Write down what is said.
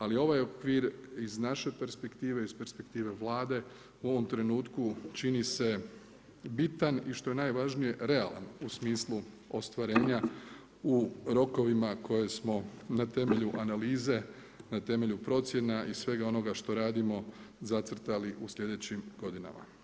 Ali ovaj okvir iz naše perspektive, iz perspektive Vlade u ovom trenutku čini se bitan i što je najvažnije realan u smislu ostvarenja u rokovima koje smo ne temelju analize, na temelju procjena i svega onoga što radimo zacrtali u sljedećim godinama.